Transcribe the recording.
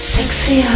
Sexy